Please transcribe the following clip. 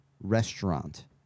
restaurant